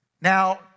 Now